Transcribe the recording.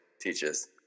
teaches